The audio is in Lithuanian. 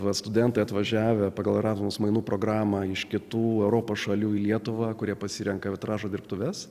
va studentai atvažiavę pagal erasmus mainų programą iš kitų europos šalių į lietuvą kurie pasirenka vitražo dirbtuves